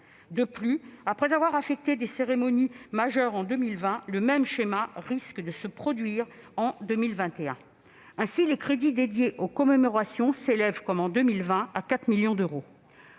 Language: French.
De plus, alors que des cérémonies majeures ont été affectées en 2020, le même schéma risque de se produire en 2021. Ainsi, les crédits dédiés aux commémorations s'élèvent, comme en 2020, à 4 millions d'euros.